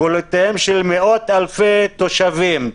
קולותיהם של מאות אלפי תושבים,